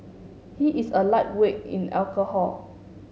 he is a lightweight in alcohol